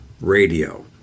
radio